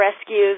rescues